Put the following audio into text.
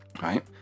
right